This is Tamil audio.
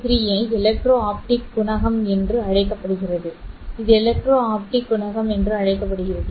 R33 ஐ எலக்ட்ரோ ஆப்டிக் குணகம் என்று அழைக்கப்படுகிறது இது எலக்ட்ரோ ஆப்டிக் குணகம் என்று அழைக்கப்படுகிறது